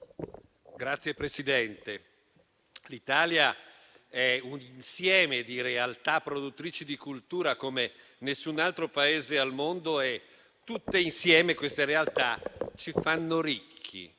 Signor Presidente, l'Italia è un insieme di realtà produttrici di cultura come nessun altro Paese al mondo e tutte insieme queste realtà ci fanno ricchi.